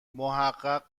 محقق